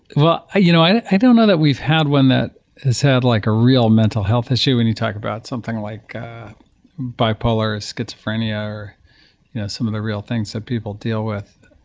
well, i you know i don't know that we've had one that has had like a real mental health issue when you talk about something like bipolar, schizophrenia or you know some of the real things that people deal with.